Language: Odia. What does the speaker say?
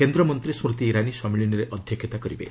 କେନ୍ଦ୍ରମନ୍ତ୍ରୀ ସ୍କୁତି ଇରାନୀ ସମ୍ମିଳନୀରେ ଅଧ୍ୟକ୍ଷତା କରିବେ